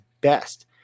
best